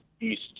east